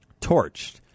torched